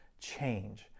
change